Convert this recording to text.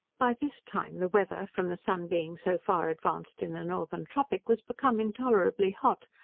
by this time the weather, from the sun being so far advanced in the northern tropic, was become intolerably hot,